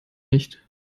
nicht